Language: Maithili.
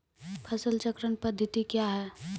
फसल चक्रण पद्धति क्या हैं?